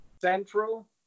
central